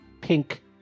pink